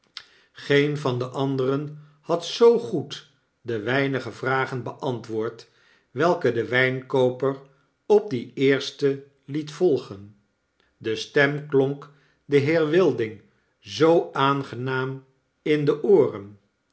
geen van de anderen had zoo goed de weinige vragen beantwoord welke de wynkooper op die eerste liet volgen de stem klonk den heer wilding zoo aangenaam in de ooren